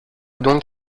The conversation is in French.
donc